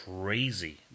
crazy